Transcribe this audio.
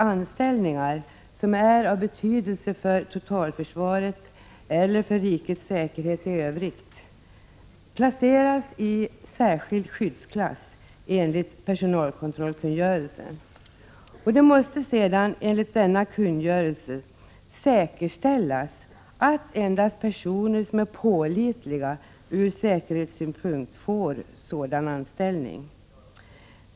Anställningar som är av betydelse för totalförsvaret eller för rikets säkerhet i övrigt har placerats i särskild skyddsklass enligt personalkontrollkungörelsen. Det måste enligt denna kungörelse säkerställas att endast personer som är pålitliga ur säkerhetssynpunkt får sådan anställning.